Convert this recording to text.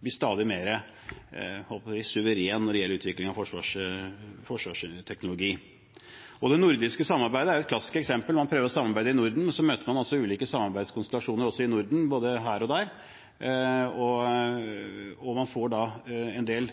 blir stadig mer suveren når det gjelder utviklingen av forsvarsteknologi. Det nordiske samarbeidet er et klassisk eksempel. Man prøver å samarbeide i Norden. Men så møter man ulike samarbeidskonstellasjoner også i Norden, både her og der, og man får en del